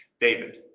David